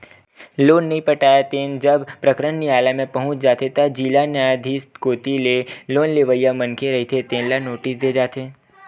loan नइ पटाए ले जब प्रकरन नियालय म पहुंच जाथे त जिला न्यायधीस कोती ले लोन लेवइया मनखे रहिथे तेन ल नोटिस दे जाथे